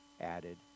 added